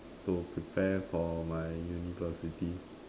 to prepare for my university